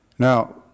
Now